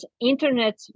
internet